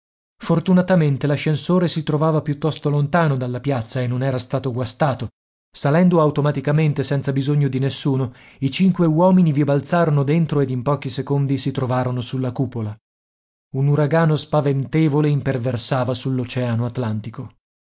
fortunatamente l'ascensore si trovava piuttosto lontano dalla piazza e non era stato guastato salendo automaticamente senza bisogno di nessuno i cinque uomini vi balzarono dentro ed in pochi secondi si trovarono sulla cupola un uragano spaventevole imperversava sull'oceano atlantico